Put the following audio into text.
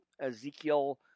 Ezekiel